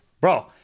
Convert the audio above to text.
Bro